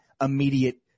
immediate